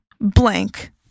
blank